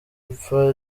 ipfa